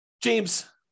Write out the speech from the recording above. James